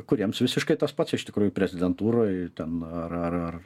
kuriems visiškai tas pats iš tikrųjų prezidentūroj ten ar ar ar